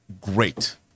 great